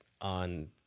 on